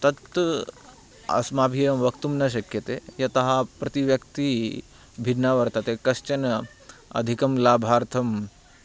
तत् अस्माभिः एवं वक्तुं न शक्यते यतः प्रतिव्यक्ती भिन्ना वर्तते कश्चन अधिकं लाभार्थं